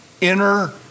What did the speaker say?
inner